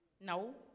No